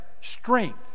strength